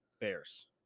Bears